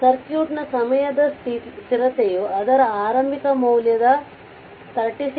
ಸರ್ಕ್ಯೂಟ್ನ ಸಮಯದ ಸ್ಥಿರತೆಯು ಅದರ ಆರಂಭಿಕ ಮೌಲ್ಯದ 36